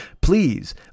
please